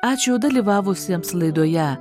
ačiū dalyvavusiems laidoje